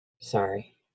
Sorry